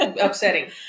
upsetting